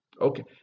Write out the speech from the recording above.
okay